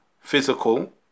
physical